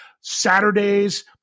Saturdays